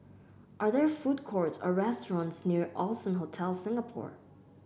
are there food courts or restaurants near Allson Hotel Singapore